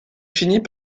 finit